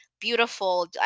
beautiful